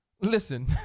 Listen